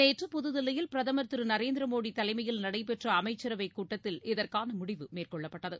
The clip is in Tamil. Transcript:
நேற்று புதுதில்லியில் பிரதமர் திரு நரேந்திர மோடி தலைமையில் நடைபெற்ற அமைச்சரவை கூட்டத்தில் இதற்கான முடிவு மேற்கொள்ளப்பட்டது